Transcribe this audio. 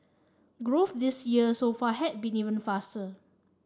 growth this year so far had been even faster